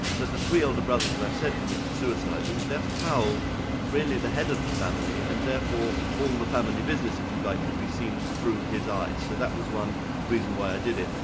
the three older brothers as i've said, committed suicide, which left paul really the head of the family, and therefore all the family business if you like could be seen through his eyes. so that was one reason why i did it.